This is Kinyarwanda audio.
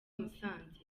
musanze